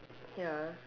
ya